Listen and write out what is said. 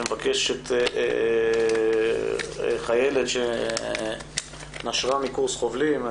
שמבקשת חיילת שנשרה מקורס חובלים.